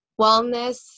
wellness